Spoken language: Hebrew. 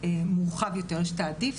ברובד המורחב יותר יש את העדיף,